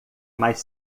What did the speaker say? mais